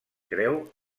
creu